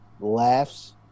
Laughs